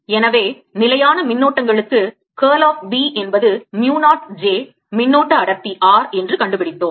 எனவே நிலையான மின்னோட்டங்களுக்கு curl of B என்பது mu 0 j மின்னோட்ட அடர்த்தி r என்று கண்டுபிடித்தோம்